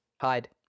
Hide